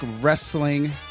Wrestling